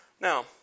Now